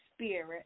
Spirit